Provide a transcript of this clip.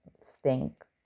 stink